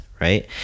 Right